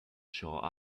shaw